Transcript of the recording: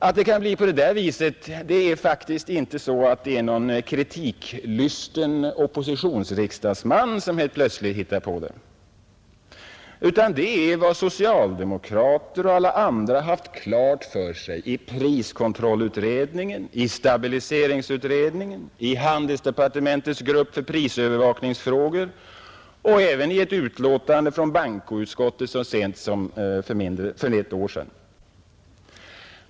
Att det kan bli på det viset är inte något som en kritiklysten oppositionsriksdagsman helt plötsligt har hittat på, utan det är något som socialdemokrater och alla andra har haft klart för sig i priskontrollutredningen, i stabiliseringsutredningen, i handelsdepartementets grupp för prisövervakningsfrågor och även i ett utlåtande från bankoutskottet så sent som för ett år sedan.